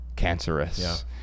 cancerous